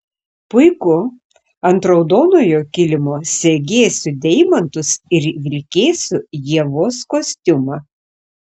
puiku ant raudonojo kilimo segėsiu deimantus ir vilkėsiu ievos kostiumą